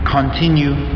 Continue